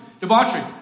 Debauchery